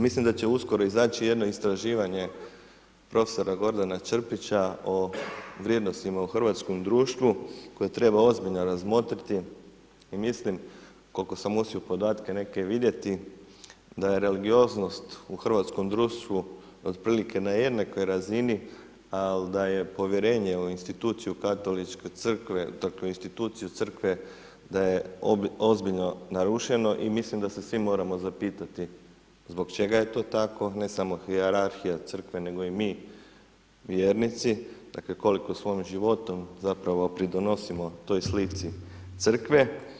Mislim da će uskoro izaći jedno istraživanje prof. Gordana Črpića o vrijednostima u hrvatskom društvu koje treba ozbiljno razmotriti i mislim koliko sam uspio podatke neke vidjeti, da je religioznost u hrvatskom društvu otprilike na jednakoj razini, ali da je povjerenje u institucije Katoličke crkve, dakle u insinuaciju Crkve, da je ozbiljno narušeno i mislim da se svi moramo zapitati, zbog čega je to tako, ne samo hijerarhija crkve nego i mi vjernici, dakle, koliko svojim životom zapravo pridonosimo toj slici crkve.